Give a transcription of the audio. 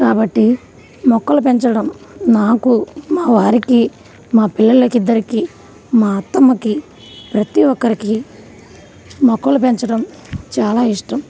కాబట్టి మొక్కలు పెంచడం నాకు మా వారికి మా పిల్లలకి ఇద్దరికీ మా అత్తమ్మకి ప్రతీ ఒక్కరికి మొక్కలు పెంచడం చాలా ఇష్టం